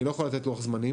אני לא יכול לתת לוח זמנים.